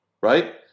Right